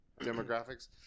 demographics